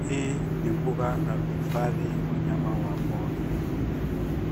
Hii ni mbuga la kuhifadhi wanyama wa pori.